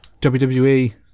wwe